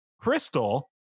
Crystal